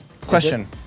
Question